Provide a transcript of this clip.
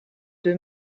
deux